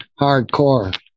hardcore